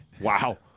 Wow